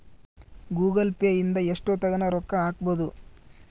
Google Pay ಇಂದ ಎಷ್ಟೋತ್ತಗನ ರೊಕ್ಕ ಹಕ್ಬೊದು